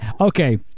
okay